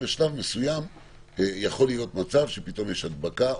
בשלב מסוים יכול להיות מצב שתהיה הדבקה.